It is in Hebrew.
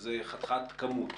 שזו חתיכת כמות,